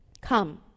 Come